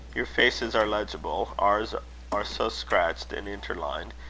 your faces are legible ours are so scratched and interlined,